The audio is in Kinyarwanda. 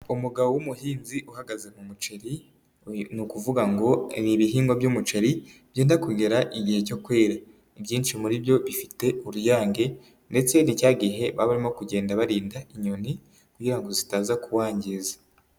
Umugabo w'umuhinzi uhagaze mu muceri, ni ukuvuga ngo ibi bihingwa by'umuceri byenda kugera igihe cyo kwera, ibyinshi muri byo bifite uruyange ndetse ni cya gihe baba barimo kugenda barinda inyoni kugira ngo zitaza kuwangiza.